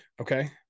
okay